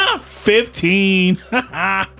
Fifteen